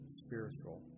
spiritual